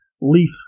leaf